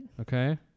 Okay